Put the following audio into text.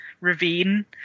ravine